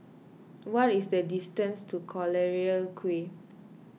what is the distance to Collyer Quay